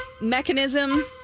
mechanism